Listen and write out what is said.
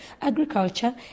agriculture